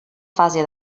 fase